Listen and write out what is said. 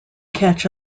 catch